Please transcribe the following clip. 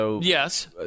Yes